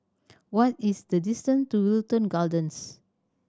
what is the distance to Wilton Gardens